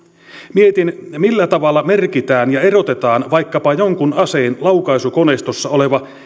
mietin millä tavalla merkitään ja erotetaan vaikkapa jonkun aseen laukaisukoneistossa oleva